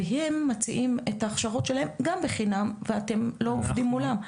והם מציעים את ההכשרות שלהם גם בחינם ואתם לא עובדים מולם,